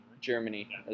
Germany